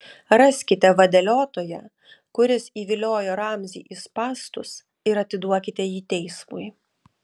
raskite vadeliotoją kuris įviliojo ramzį į spąstus ir atiduokite jį teismui